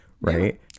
right